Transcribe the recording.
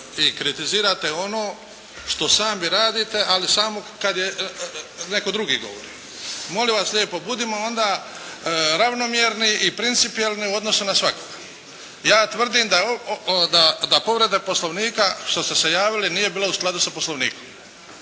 i kritizirate ono što sami radite ali samo kad je, netko drugi govori. Molim vas lijepo budimo onda ravnomjerni i principijelni u odnosu na svakoga. Ja tvrdim da, da povreda Poslovnika što ste se javili nije bila u skladu sa Poslovnikom.